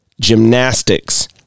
gymnastics